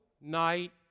night